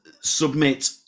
submit